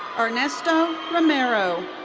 ernesto romero.